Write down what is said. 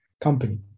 company